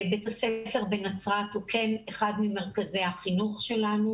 בית הספר בנצרת הוא כן אחד ממרכזי החינוך שלנו,